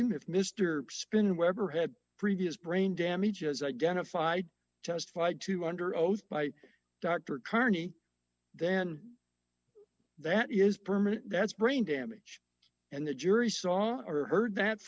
him if mr spin weber had previous brain damage as identified testified to under oath by dr kearney then that is permanent that's brain damage and the jury saw or heard that